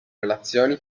relazioni